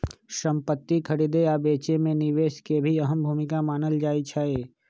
संपति खरीदे आ बेचे मे निवेश के भी अहम भूमिका मानल जाई छई